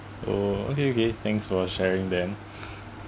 oh okay okay thanks for sharing them